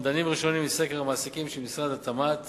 אומדנים ראשונים מסקר המעסיקים של משרד התמ"ת